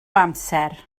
amser